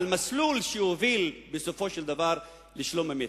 על מסלול שיוביל בסופו של דבר לשלום אמת.